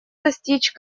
достичь